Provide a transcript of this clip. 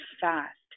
fast